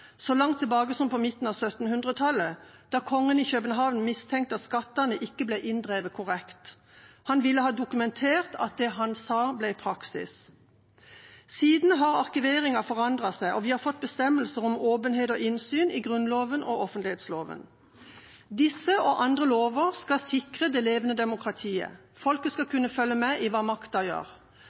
så langt tilbake som på midten av 1700-tallet, da kongen i København mistenkte at skattene ikke ble inndrevet korrekt. Han ville ha dokumentert at det han sa, ble praksis. Siden da har arkiveringen forandret seg, og vi har fått bestemmelser om åpenhet og innsyn i Grunnloven og offentlighetsloven. Disse, og andre lover, skal sikre det levende demokratiet. Folket skal kunne følge med i hva makta gjør.